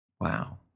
Wow